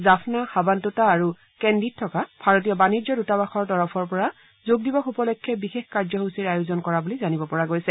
জাফনা হাবানটোতা আৰু কেন্দীত থকা ভাৰতীয় বাণিজ্য দৃতাবাসৰ তৰফৰ পৰা যোগ দিৱস উপলক্ষে বিশেষ কাৰ্যসূচীৰ আয়োজন কৰা বুলি জানিব পৰা গৈছে